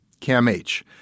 CAMH